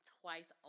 twice